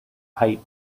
height